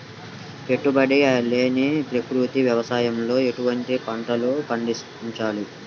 పెట్టుబడి లేని ప్రకృతి వ్యవసాయంలో ఎటువంటి పంటలు పండించాలి?